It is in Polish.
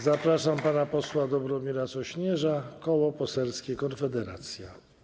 Zapraszam pana posła Dobromira Sośnierza, Koło Poselskie Konfederacja.